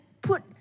put